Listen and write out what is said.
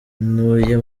ntuye